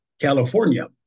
California